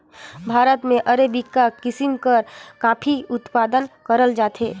भारत में अरेबिका किसिम कर काफी उत्पादन करल जाथे